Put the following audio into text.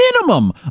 minimum